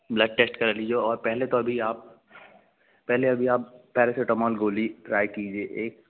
blood test करा लीजिए और पहले तो अभी आप पहले अभी आप पेरेसिटामोल गोली ट्राय कीजिए एक